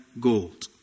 gold